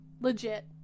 Legit